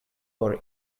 por